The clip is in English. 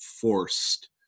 forced